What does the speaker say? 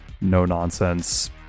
no-nonsense